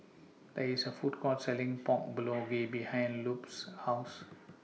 There IS A Food Court Selling Pork Bulgogi behind Lupe's House